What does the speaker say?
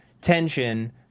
tension